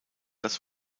das